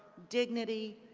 dignity,